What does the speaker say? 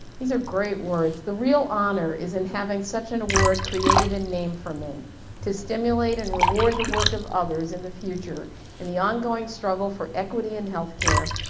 these are great words, the real honor is in having such an award created in name for me to stimulate and reward the work of others in the future in the ongoing struggle for equity and health care,